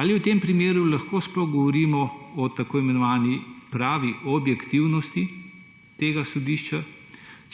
Ali v tem primeru lahko sploh govorimo o tako imenovani pravi objektivnosti tega sodišča,